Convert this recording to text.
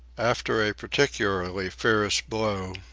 after a particularly fierce blow,